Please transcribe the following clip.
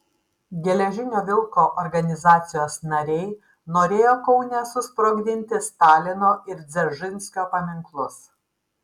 geležinio vilko organizacijos nariai norėjo kaune susprogdinti stalino ir dzeržinskio paminklus